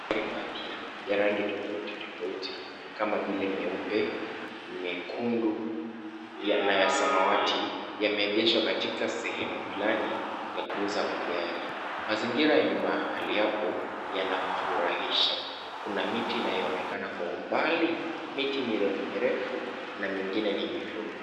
Magari mapya ya rangi tofauti tofauti kama vile meupe, mekundu na ya samawati, yameegeshwa katika sehemu fulani ya kuuza magari. Mazingira ya mahali hapo yanafurahisha. Kuna miti inayoonekana kwa mbali, miti mirefu mirefu na mingine ni mifupi.